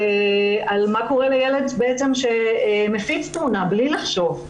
מה קורה לילד שמפיץ תמונה בלי לחשוב.